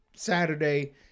Saturday